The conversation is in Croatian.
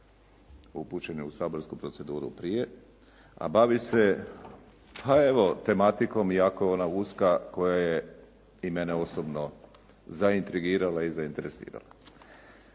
upućen je u saborsku proceduru prije, a bavi se pa evo tematikom iako je ona uska, koja je i mene osobno zaintrigirala i zainteresirala.